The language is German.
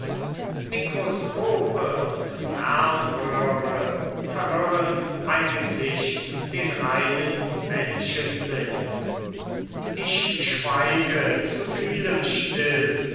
mikroskope und fernröhre verwirren eigentlich den reinen menschensinn ich schweige zu vielem still